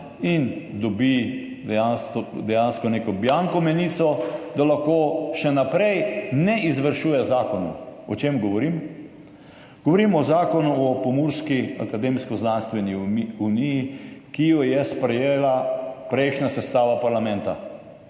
in dobi dejansko neko bianko menico, da lahko še naprej neizvršuje zakonov. O čem govorim? Govorim o Zakonu o Pomurski akademsko-znanstveni uniji, ki jo je sprejela prejšnja sestava parlamenta.